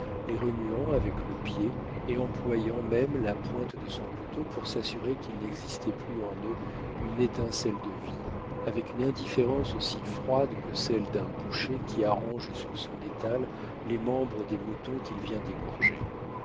les remuant avec le pied et employant même la pointe de son couteau pour s'assurer qu'il n'existait plus en eux une étincelle de vie avec une indifférence aussi froide que celle d'un boucher qui arrange sur son étal les membres des moutons qu'il vient d'égorger